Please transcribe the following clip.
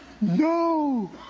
no